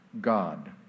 God